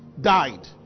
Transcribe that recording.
died